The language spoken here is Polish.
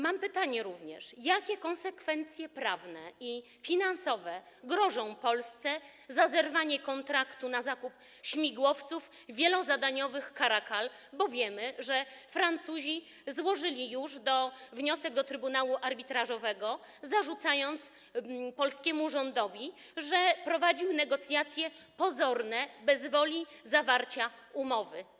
Mam również pytanie o to, jakie konsekwencje prawne i finansowe grożą Polsce za zerwanie kontraktu na zakup śmigłowców wielozadaniowych Caracal, bo wiemy, że Francuzi złożyli już wniosek do trybunału arbitrażowego, zarzucając polskiemu rządowi, że prowadził negocjacje pozorne, bez woli zawarcia umowy.